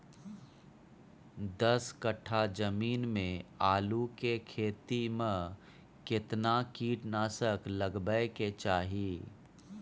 दस कट्ठा जमीन में आलू के खेती म केतना कीट नासक लगबै के चाही?